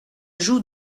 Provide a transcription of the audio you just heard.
joue